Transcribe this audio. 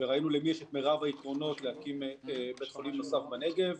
וראינו למי יש את מירב היתרונות להקים בית חולים נוסף בנגב.